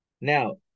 Now